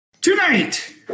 Tonight